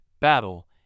battle